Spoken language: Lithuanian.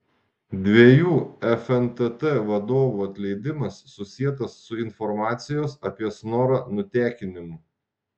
dviejų fntt vadovų atleidimas susietas su informacijos apie snorą nutekinimu